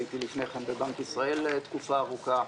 הייתי לפני כן בבנק ישראל במשך תקופה ארוכה.